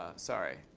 ah sorry.